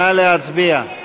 נא להצביע.